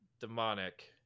demonic